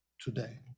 today